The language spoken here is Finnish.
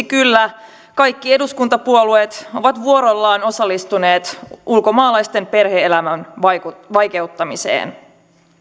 kyllä kaikki eduskuntapuolueet ovat vuorollaan osallistuneet ulkomaalaisten perhe elämän vaikeuttamiseen